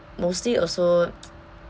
mostly also